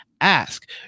ask